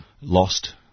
lost